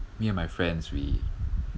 me and my friends we